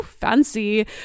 fancy